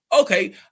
Okay